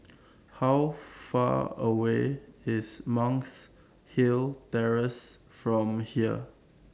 How Far away IS Monk's Hill Terrace from here